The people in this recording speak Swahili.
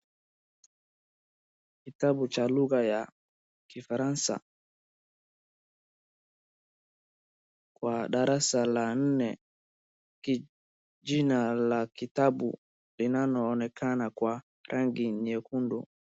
Kitabu cha lugha ya Kifaransa, kwa darasa la nne. Jina la kitabu linaloonekana kwa rangi nyekundu.